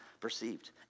perceived